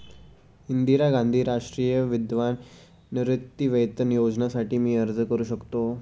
इंदिरा गांधी राष्ट्रीय विधवा निवृत्तीवेतन योजनेसाठी मी अर्ज करू शकतो?